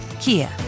Kia